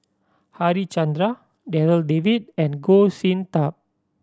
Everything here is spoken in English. Harichandra Darryl David and Goh Sin Tub